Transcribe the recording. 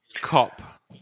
cop